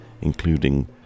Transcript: including